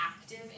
active